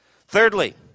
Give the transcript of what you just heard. Thirdly